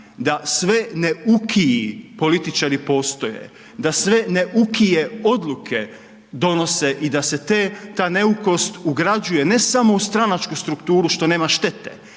da sve neukiji političari postoje, da sve neukije odluke donose i da se ta neukost ugrađuje ne samo stranačku strukturu što nema štete